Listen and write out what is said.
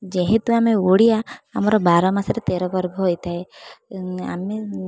ଯେହେତୁ ଆମେ ଓଡ଼ିଆ ଆମର ବାରମାସରେ ତେର ପର୍ବ ହୋଇଥାଏ ଆମେ